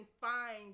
find